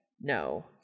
No